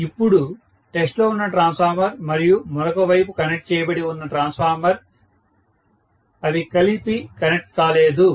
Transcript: కాబట్టి ఇప్పుడు టెస్ట్ లో ఉన్న ట్రాన్స్ఫార్మర్ మరియు మరొక వైపుకు కనెక్ట్ చేయబడిన ట్రాన్స్ఫార్మర్ అవి కలిపి కనెక్ట్ కాలేదు